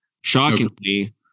Shockingly